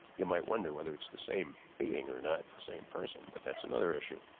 you might wonder whether it's the same being or not the same person, but that's another issue.